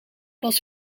was